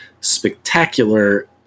spectacular